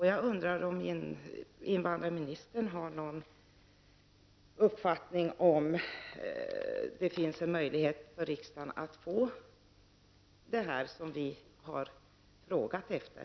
Jag undrar om invandrarministern har någon uppfattning om huruvida det finns en möjlighet för riksdagen att få det som vi har frågat efter.